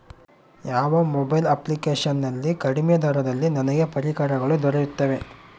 ಯಾವ mobile application ನಲ್ಲಿ ಕಡಿಮೆ ದರದಲ್ಲಿ ನನಗೆ ಪರಿಕರಗಳು ದೊರೆಯುತ್ತವೆ?